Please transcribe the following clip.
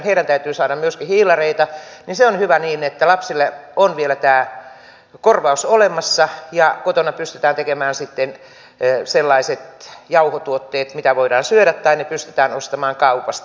lasten täytyy saada myöskin hiilareita ja se on minusta hyvä niin että lapsille on vielä tämä korvaus olemassa ja kotona pystytään tekemään sitten sellaiset jauhotuotteet mitä voidaan syödä tai ne pystytään ostamaan kaupasta